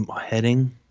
heading